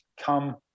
Come